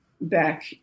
back